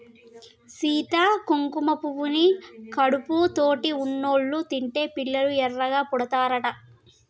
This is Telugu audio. సీత కుంకుమ పువ్వుని కడుపుతోటి ఉన్నోళ్ళు తింటే పిల్లలు ఎర్రగా పుడతారట